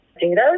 data